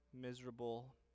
miserable